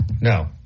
no